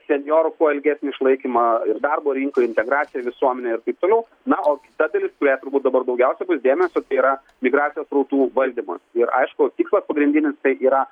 senjorų kuo ilgesnį išlaikymą ir darbo rinkoj integraciją į visuomenę ir taip toliau na o kita dalis kuriai turbūt dabar daugiausiai bus dėmesio tai yra migracijos srautų valdymas ir aišku pats pagrindinis tai yra